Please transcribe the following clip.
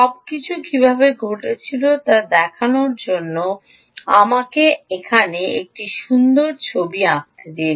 সবকিছু কীভাবে ঘটেছিল তা দেখানোর জন্য আমাকে এখানে একটি সুন্দর ছবি আঁকতে দিন